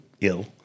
ill